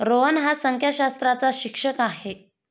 रोहन हा संख्याशास्त्राचा शिक्षक आहे